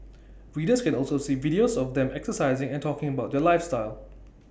readers can also see videos of the them exercising and talking about their lifestyle